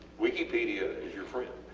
wikipedia is your friend.